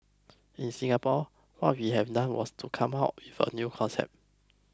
in Singapore what we have done was to come up with a concept